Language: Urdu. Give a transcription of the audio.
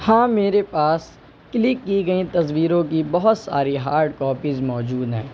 ہاں میرے پاس کلک کی گئیں تصویروں کی بہت ساری ہارڈ کاپیز موجود ہیں